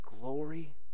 glory